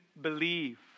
believe